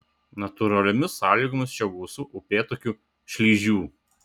natūraliomis sąlygomis čia gausu upėtakių šlyžių